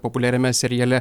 populiariame seriale